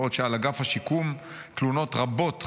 בעוד על אגף השיקום תלונות רבות,